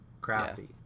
crafty